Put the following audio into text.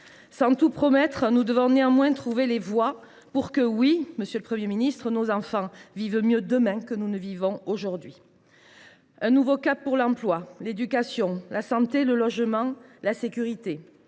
Sans tout promettre, nous devons néanmoins trouver les voies pour que – oui, monsieur le Premier ministre –« nos enfants viv[ent] mieux demain que nous ne vivons aujourd’hui ». Un nouveau cap pour l’emploi, l’éducation, la santé, le logement, la sécurité…